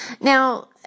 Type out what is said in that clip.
Now